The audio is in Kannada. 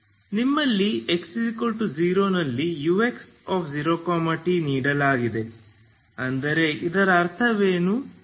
ನಿಮ್ಮಲ್ಲಿ x0 ನಲ್ಲಿ ux0t ನೀಡಲಾಗಿದೆ ಅಂದರೆ ಇದರ ಅರ್ಥವೇನು